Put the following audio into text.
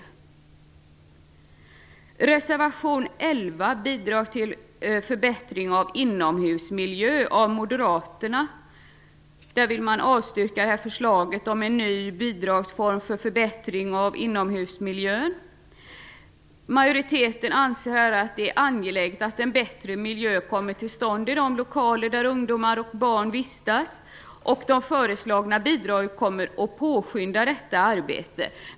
I reservation 11 avstyrker Moderaterna förslaget om en ny bidragsform för förbättring av inomhusmiljön. Utskottsmajoriteten anser att det är angeläget att en bättre miljö kommer till stånd i de lokaler där ungdomar och barn vistas, och de föreslagna bidragen kommer att påskynda detta arbete.